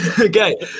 Okay